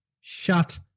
Shut